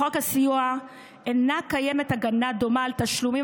בחוק הסיוע לא קיימת הגנה דומה על תשלומים